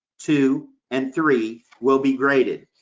two and three will be graded.